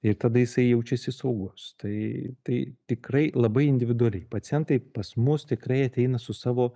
ir tada jisai jaučiasi saugus tai tai tikrai labai individualiai pacientai pas mus tikrai ateina su savo